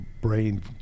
brain